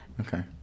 Okay